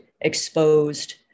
exposed